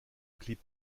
clip